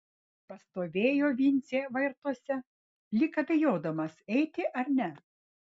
pastovėjo vincė vartuose lyg abejodamas eiti ar ne